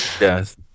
Yes